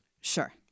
Sure